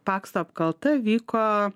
pakso apkalta vyko